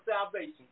salvation